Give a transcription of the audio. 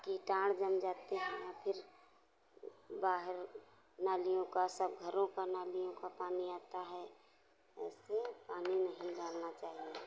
कीटाणु जम जाते हैं या फिर बाहर नालियों का सब घरों का नालियों का पानी आता है ऐसे पानी नहीं डालना चाहिए